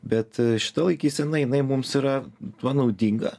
bet šita laikysena jinai mums yra tuo naudinga